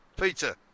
Peter